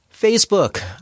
Facebook